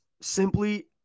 simply